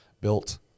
built